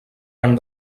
han